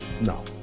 No